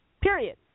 Period